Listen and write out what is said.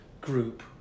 group